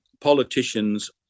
politicians